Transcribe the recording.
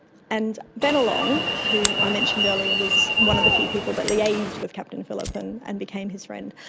and bennelong, who i mentioned earlier, was one of the few people that liaised with captain phillip and and became his friend,